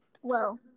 Whoa